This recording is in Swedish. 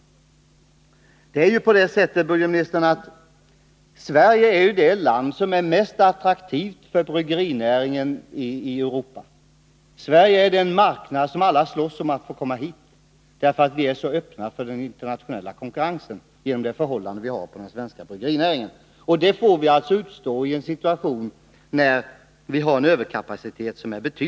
I dag är det ju så, herr budgetminister, att Sverige är det land som är mest attraktivt för bryggerinäringen i Europa. Sverige är den marknad som alla slåss om och vill komma in på, eftersom vi är så öppna för den internationella konkurrensen genom de förhållanden som råder för den svenska bryggerinäringen. Sådan är situationen, samtidigt som vi har en betydande överkapacitet.